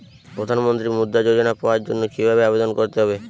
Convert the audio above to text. প্রধান মন্ত্রী মুদ্রা যোজনা পাওয়ার জন্য কিভাবে আবেদন করতে হবে?